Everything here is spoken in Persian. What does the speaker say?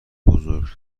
بزرگ